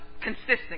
consistent